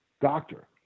doctor